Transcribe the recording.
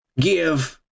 Give